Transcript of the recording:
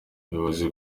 ubuyobozi